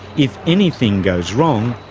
if anything goes wrong,